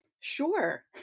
Sure